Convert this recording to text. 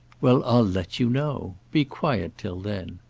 well, i'll let you know. be quiet till then.